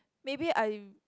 maybe I